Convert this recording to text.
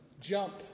jump